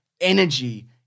energy